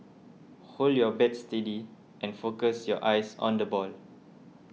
hold your bat steady and focus your eyes on the ball